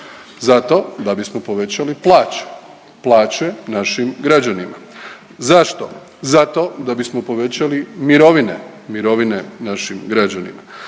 Zato da bismo povećali plaću, plaće našim građanima. Zašto? Zato da bismo povećali mirovine, mirovine našim građanima.